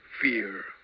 fear